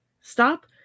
Stop